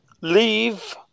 Leave